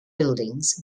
buildings